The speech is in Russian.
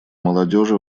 молодежи